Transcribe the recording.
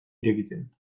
irekitzen